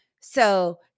So-